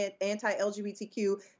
anti-LGBTQ